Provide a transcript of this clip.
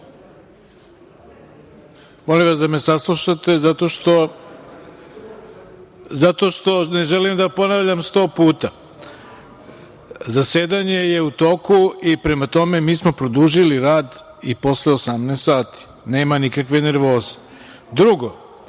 SPS…Molim vas da me saslušate, zato što ne želim da ponavljam 100 puta. Zasedanje je u toku i prema tome mi smo produžili rad i posle 18 časova. Nema nikakve nervoze. Drugo,